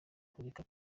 kureka